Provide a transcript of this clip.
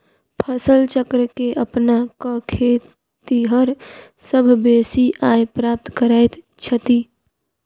फसल चक्र के अपना क खेतिहर सभ बेसी आय प्राप्त करैत छथि